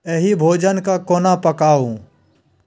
एहि भोजन के कोना पकाउ